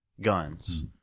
guns